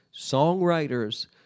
songwriters